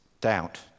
doubt